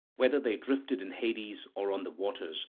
whether they drifted in hades or on the waters,